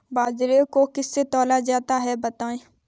बाजरे को किससे तौला जाता है बताएँ?